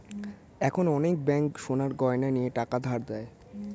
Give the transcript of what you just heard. এখন অনেক ব্যাঙ্ক সোনার গয়না নিয়ে টাকা ধার দেয়